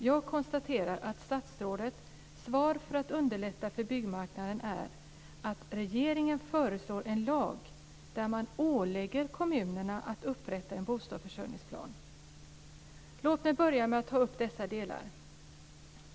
Jag konstaterar att statsrådets åtgärd för att underlätta för byggmarknaden är att regeringen ska föreslå en lag där man ålägger kommunerna att upprätta en bostadsförsörjningsplan. Låt mig börja med att ta upp dessa delar.